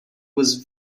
was